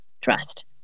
trust